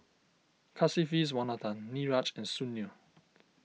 Kasiviswanathan Niraj and Sunil